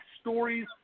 stories